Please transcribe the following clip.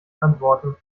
antworten